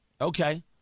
okay